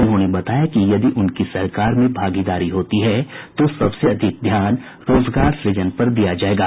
उन्होंने बताया कि यदि उनकी सरकार में भागीदारी होती है तो सबसे अधिक ध्यान रोजगार सुजन पर दिया जायेगा